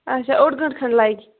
اچھا اوٚڑ گٲنٹہٕ کھَنڈ لَگہٕ